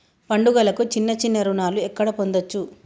పండుగలకు చిన్న చిన్న రుణాలు ఎక్కడ పొందచ్చు?